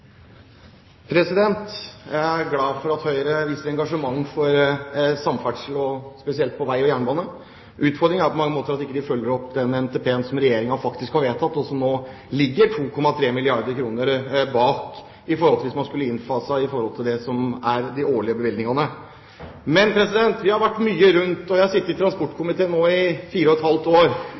glad for at man viser engasjement for samferdsel, spesielt for vei og jernbane. Utfordringen er på mange måter at man ikke følger opp den NTP-en som Regjeringen faktisk har vedtatt, og som nå ligger 2,3 milliarder kr etter hvis man skulle innfaset det som er de årlige bevilgningene. Jeg har nå sittet i transportkomiteen i fire og et halvt år. Jeg har reist mye rundt i landet, og jeg skulle gjerne oppfordre statsministeren til å sette sjåføren bak i bilen og